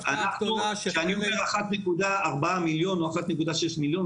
כשאני 1.4 מיליון או 1.6 מיליון,